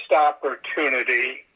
opportunity